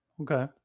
okay